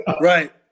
Right